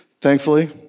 thankfully